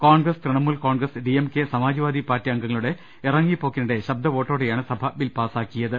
Congress Trinamool Congress DMK Samajwadi party അംഗങ്ങളുടെ ഇറങ്ങിപ്പോക്കിനിടെ ശബ്ദവോട്ടോടെയാണ് സഭ ബിൽ പാസാക്കിയത്